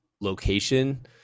location